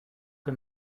que